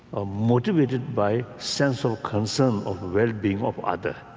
are motivated by sense of concern of well-being of other.